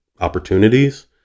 opportunities